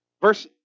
Verse